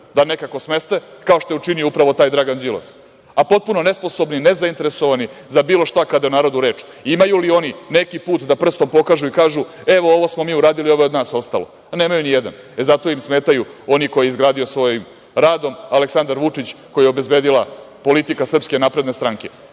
da nekako smeste, kao što je učinio upravo taj Dragan Đilas, a potpuno nesposobni, nezainteresovani za bilo šta kada je o narodu reč. Imaju li oni neki put da prstom pokažu i kažu – evo ovo smo mi uradili, ovo je od nas ostalo? Nemaju ni jedan. Zato im smetaju oni koji je izgradio svojim radom Aleksandar Vučić, koji je obezbedila politika SNS. Miloš Veliki